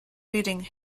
reading